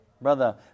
brother